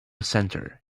centre